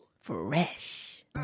Fresh